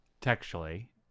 textually